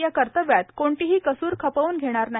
या कर्तव्यात क्ठलीही कसूर खपवून घेणार नाही